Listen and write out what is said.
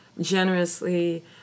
generously